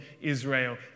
Israel